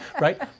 right